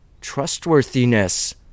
trustworthiness